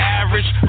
average